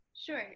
Sure